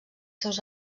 seus